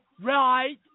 right